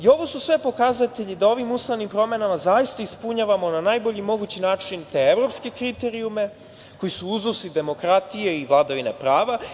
Ovo su sve pokazatelji da ovim ustavnim promenama zaista ispunjavamo na najbolji mogući način te evropske kriterijume koji su uzusi demokratije i vladavine prava.